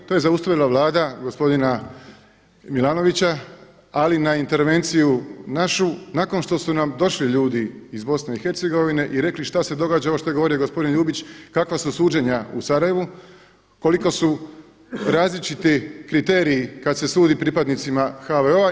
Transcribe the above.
To je zaustavila Vlada gospodina Milanovića, ali na intervenciju nakon što su nam došli ljudi iz Bosne i Hercegovine i rekli što se događa ovo što je govorio gospodin Ljubić kakva su suđenja u Sarajevu, koliko su različiti kriteriji kad se sudi pripadnicima HVO-a.